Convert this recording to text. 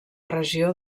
regió